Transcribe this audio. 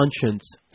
conscience